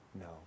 no